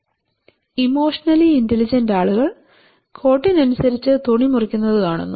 emotionally intelligent emotionally intelligent ആളുകൾ കോട്ടിനനുസരിച്ച് തുണി മുറിക്കുന്നത് കാണുന്നു